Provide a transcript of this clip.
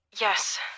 Yes